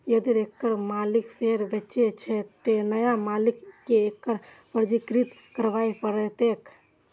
यदि एकर मालिक शेयर बेचै छै, तं नया मालिक कें एकरा पंजीकृत करबय पड़तैक